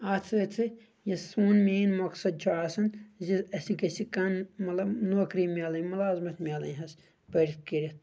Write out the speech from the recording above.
اَتھ سۭتۍ سۭتۍ یُس سون مین مقصد چھ آسان زِ اَسہِ گژھہِ کانٛہہ مطلب نوکری میلٕنۍ ملازمت میلٕنۍ حظ پٔرتھ کٔرِتھ